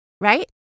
Right